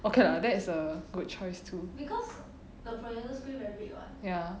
okay lah that is a good choice too ya